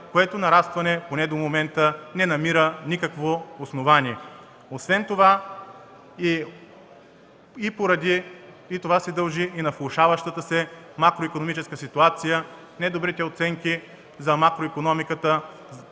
което нарастване, поне до момента, не намира никакво основание. Това се дължи и на влошаващата се макроикономическа ситуация, недобрите оценки за макроикономиката,